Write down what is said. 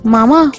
Mama